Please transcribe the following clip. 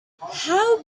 how